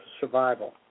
survival